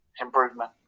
improvement